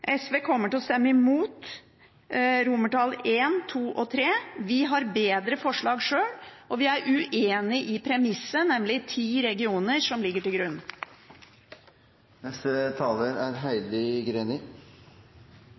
SV kommer til å stemme imot I, II og III. Vi har bedre forslag sjøl, og vi er uenig i premisset – nemlig ti regioner – som ligger til